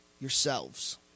Yourselves